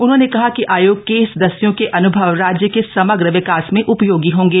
उन्होंने कहा कि आयोग के सदस्यों के अनुभव राज्य के समग्र विकास में उप्योगी होंगे